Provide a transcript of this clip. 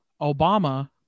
Obama